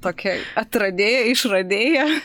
tokia atradėja išradėja